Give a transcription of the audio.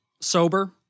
sober